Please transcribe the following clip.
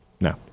No